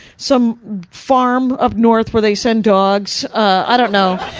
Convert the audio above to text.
some farm up north where they send dogs. ah. i don't know.